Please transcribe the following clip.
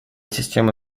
системы